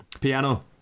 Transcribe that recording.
piano